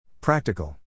Practical